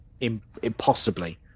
impossibly